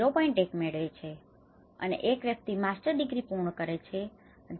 1 મેળવે છે અને એક વ્યક્તિ માસ્ટર ડિગ્રી masters degree પૂર્ણ કરે છે અને 0